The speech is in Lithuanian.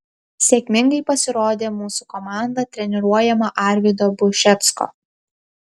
sėkmingai pasirodė mūsų komanda treniruojama arvydo bušecko